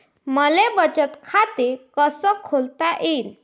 मले बचत खाते कसं खोलता येईन?